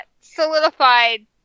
solidified